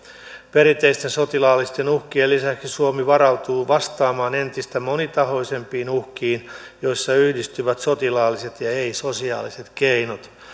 perinteisten sotilaallisten uhkien lisäksi suomi varautuu vastaamaan entistä monitahoisempiin uhkiin joissa yhdistyvät sotilaalliset ja ei sotilaalliset keinot